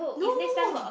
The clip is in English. no no no